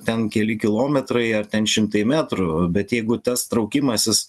ten keli kilometrai ar ten šimtai metrų bet jeigu tas traukimasis